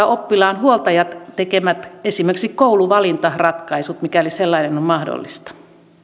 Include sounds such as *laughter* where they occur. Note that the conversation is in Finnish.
*unintelligible* oppilaan huoltajan tekemät kouluvalintaratkaisut mikäli sellainen on on mahdollista